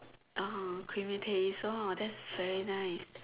ah creamy taste ah that's very nice